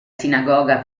sinagoga